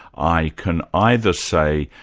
i can either say,